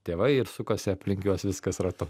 tėvai ir sukasi aplink juos viskas ratu